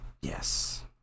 Yes